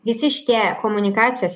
visi šitie komunikacijos